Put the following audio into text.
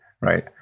right